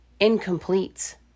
incomplete